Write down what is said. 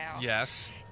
Yes